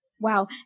Wow